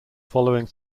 following